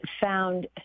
found